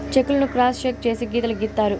check లను cross check చేసి గీతలు గీత్తారు